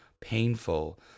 painful